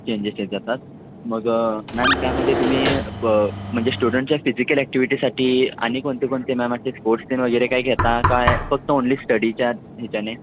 changes येत जातात मग मॅम त्यामध्ये तुम्ही पण म्हणजे स्टुडंटच्या फिजिकल ॲक्टिविटीसाठी आणि कोणते कोणते मॅम ते स्पोर्टस ते आणि वगैरे काय घेता काय फक्त ओनली स्टडीच्या ह्याच्याने